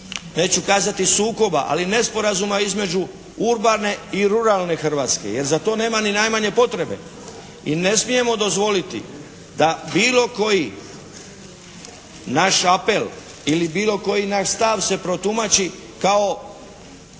neću kazati sukoba, ali nesporazuma između urbane i ruralne Hrvatske jer za to nema ni najmanje potrebe i ne smijemo dozvoliti da bilo koji naš apel ili bilo koji naš stav se protumači kao